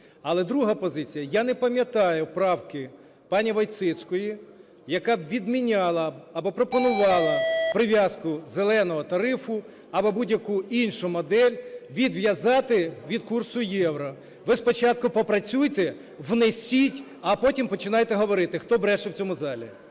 Але друга позиція. Я не пам'ятаю правки пані Войціцької, яка б відміняла або пропонувала прив'язку "зеленого" тарифу або будь-яку іншу модель відв'язати від курсу євро. Ви спочатку попрацюйте, внесіть, а потім починайте говорити, хто бреше в цьому залі.